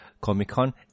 Comic-Con